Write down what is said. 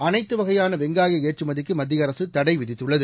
அனைத்து வகையான வெங்காய ஏற்றுமதிக்கு மத்திய அரசு தடைவிதித்துள்ளது